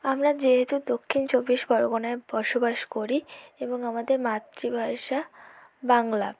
আমরা যেহেতু দক্ষিণ চব্বিশ পরগনায় বসবাস করি এবং আমাদের মাতৃভাষা বাংলা